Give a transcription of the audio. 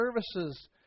services